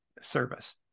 service